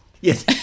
Yes